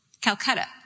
Calcutta